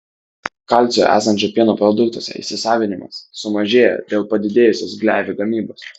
kalcio esančio pieno produktuose įsisavinimas sumažėja dėl padidėjusios gleivių gamybos